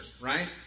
right